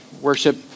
worship